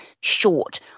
short